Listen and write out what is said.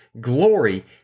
glory